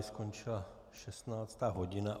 Skončila 16. hodina.